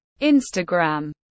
Instagram